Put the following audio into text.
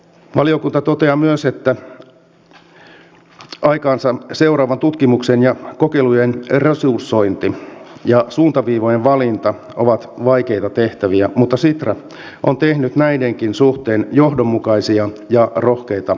valiokunta toteaa myös että aikaansa seuraavan tutkimuksen ja kokeilujen resursointi ja suuntaviivojen valinta ovat vaikeita tehtäviä mutta sitra on tehnyt näidenkin suhteen johdonmukaisia ja rohkeita ratkaisuja